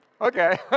Okay